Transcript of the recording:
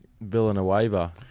villanova